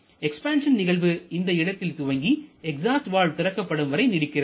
expansion நிகழ்வு இந்த இடத்தில் துவங்கி எக்ஸாஸ்ட் வால்வு திறக்கப்படும் வரை நீடிக்கிறது